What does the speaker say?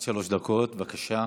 בבקשה.